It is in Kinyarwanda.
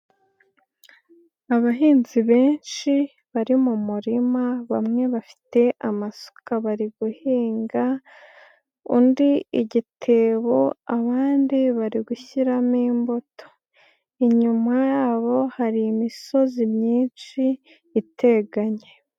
Abahinzi benshi bari mu murima bamwe bafite amasuka bari guhinga, undi igitebo, abandi bari gushyiramo imbuto. Inyuma yabo hari imisozi myinshi iteganye.